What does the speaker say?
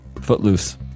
Footloose